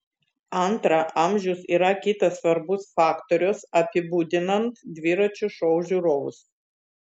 antra amžius yra kitas svarbus faktorius apibūdinant dviračio šou žiūrovus